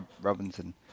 Robinson